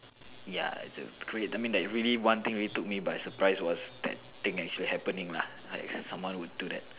ya I mean like really one thing really took me by surprise was that thing actually happening lah like someone would do that